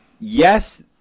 Yes